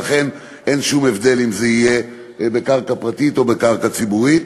לכן אין שום הבדל אם זה יהיה בקרקע פרטית או בקרקע ציבורית.